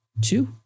two